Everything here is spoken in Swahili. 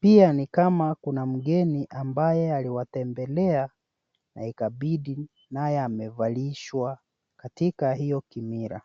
Pia nikama kuna mgeni ambaye aliwatembelea na ikabidi naye amevalishwa katika hiyo kimila.